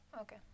okay